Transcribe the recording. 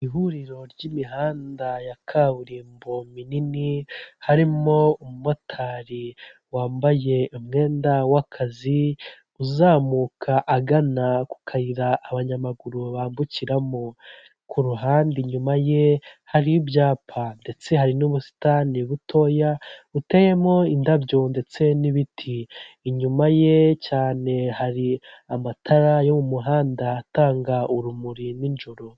Ihuriro ry'imihanda ya kaburimbo minini harimo umumotari wambaye umwenda w'akazi uzamuka agana ku kayira abanyamaguru bambukiramo ku ruhande inyuma ye hari ibyapa ndetse hari n'ubusitani butoya buteyemo indabyo ndetse n'ibiti inyuma ye cyane hari amatara yo mu muhanda atanga urumuri nijoro.